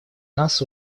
нас